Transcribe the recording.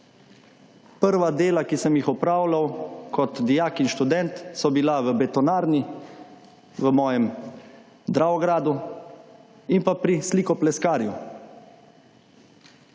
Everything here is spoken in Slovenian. Prva dela, ki sem jih opravljal kot dijak in študent, so bila v betonarni v mojem Dravogradu in pa pri slikopleskarju.